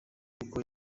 kuko